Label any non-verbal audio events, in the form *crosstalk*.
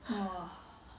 !wah! *breath*